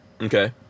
okay